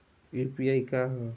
UPI का ह?